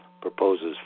proposes